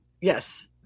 yes